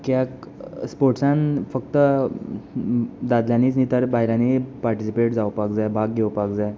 कित्याक स्पोट्सान फक्त दादल्यांनीय न्ही तर बायलांनीय पार्टिसीपेट जावपाक जाय भाग घेवपाक जाय